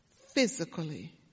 physically